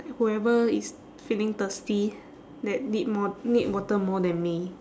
whoever is feeling thirsty that need more need water more than me